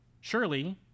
Surely